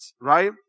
Right